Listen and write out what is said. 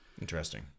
Interesting